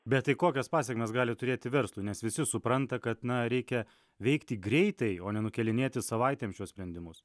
bet tai kokias pasėkmes gali turėti verslui nes visi supranta kad na reikia veikti greitai o ne nukėlinėti savaitėm šiuos sprendimus